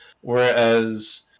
Whereas